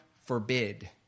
forbid